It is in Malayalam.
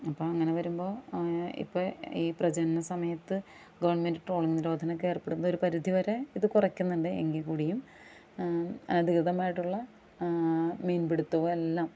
അപ്പോൾ അങ്ങനെ വരുമ്പോൾ ഇപ്പം ഈ പ്രചരണ സമയത്ത് ഗവണ്മെന്റ് ട്രോള്ളിംഗ് നിരോധനമൊക്കെ ഏര്പ്പെടുത്തുന്നത് ഒര് പരിധി വരെ ഇത് കുറയ്ക്കുന്നുണ്ട് എങ്കിൽ കൂടിയും അനധികൃതമായിട്ടുള്ള മീന് പിടിത്തവും എല്ലാം